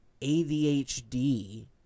ADHD